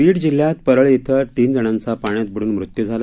बीड जिल्ह्यात परळी इथं तीन जणांचा पाण्यात बुड्रन मृत्यू झाला